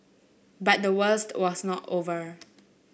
but the worst was not over